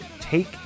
take